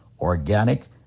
organic